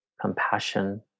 compassion